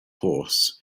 horse